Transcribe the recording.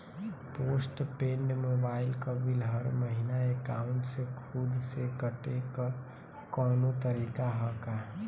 Post paid mobile क bill हर महिना एकाउंट से खुद से कटे क कौनो तरीका ह का?